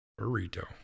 burrito